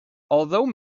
although